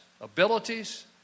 abilities